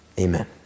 Amen